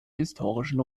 historischen